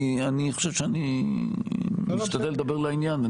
אני חושב שאני משתדל לדבר לעניין,